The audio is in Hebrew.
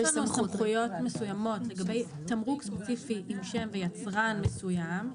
יש סמכויות מסוימות לגבי תמרוק ספציפי עם שם ויצרן מסוים,